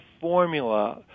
formula